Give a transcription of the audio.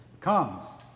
comes